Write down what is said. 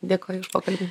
dėkoju už pokalbį